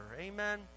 Amen